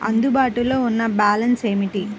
అందుబాటులో ఉన్న బ్యాలన్స్ ఏమిటీ?